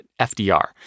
FDR